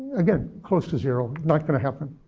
again, close to zero, not going to happen.